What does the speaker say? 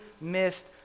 missed